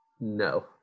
no